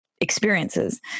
experiences